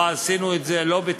לא עשינו את זה בתקנות